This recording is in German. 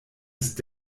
ist